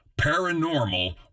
paranormal